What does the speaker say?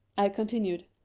i continued,